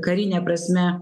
karine prasme